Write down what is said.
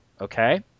okay